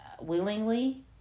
willingly